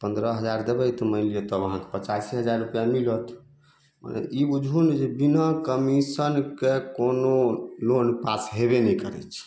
तऽ पन्द्रह हजार देबै तऽ मानि लिऽ तब अहाँके पचासी हजार रूपैआ मिलत मने ई बुझू ने जे बिना कमीशनके कोनो लोन पास हेबे नहि करय छै